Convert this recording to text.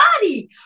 body